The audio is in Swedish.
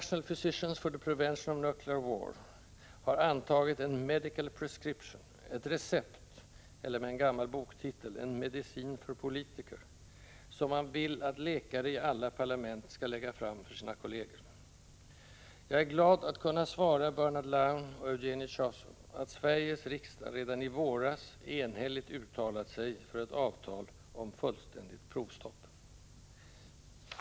IPPNW har antagit en ”medical prescription”, ett recept — eller med en gammal boktitel: en ”Medicin för politiker” — som man vill att läkare i alla parlament skall lägga fram för sina kolleger. Jag är glad att kunna svara Bernard Lown och Eugeni Chazov att Sveriges riksdag redan i våras enhälligt uttalat sig för ett avtal om fullständigt provstopp.